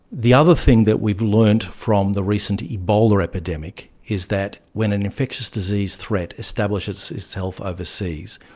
the other thing that we've learned from the recent ebola epidemic is that when an infectious disease threat establishes itself overseas,